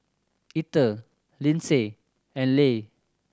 Etter Lindsey and Le